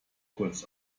kurz